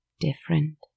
different